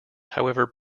however